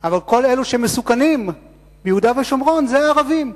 אבל כל אלה שמסוכנים ביהודה ושומרון זה הערבים,